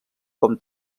com